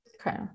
Okay